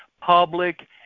public